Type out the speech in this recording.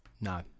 No